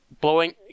blowing